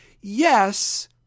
yes